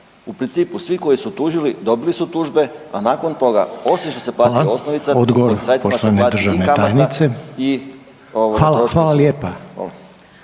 (HDZ)** Odgovor poštovane državne tajnice. Hvala, hvala lijepa.